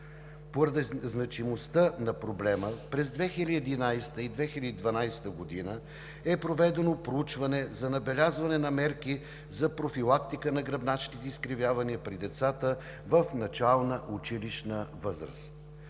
Поради значимостта на проблема, през 2011 и 2012 г. е проведено проучване за набелязване на мерки за профилактика на гръбначните изкривявания при децата в начална училищна възраст.